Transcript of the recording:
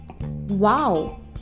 wow